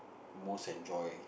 most enjoy